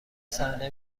صحنه